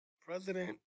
President